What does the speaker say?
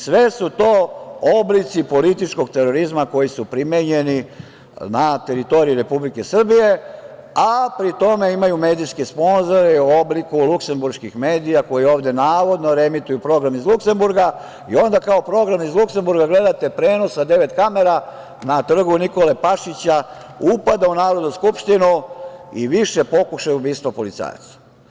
Sve su to oblici političkog terorizma koji su primenjeni na teritoriji Republike Srbije, a pri tome imaju medijske sponzore u obliku luksemburških medija koje ovde navodno reemituju program iz Luksemburga i onda kao program iz Luksemburga gledate prenos sa devet kamera na Trgu Nikole Pašića upada u Narodnu skupštinu i više pokušaja ubistava policajaca.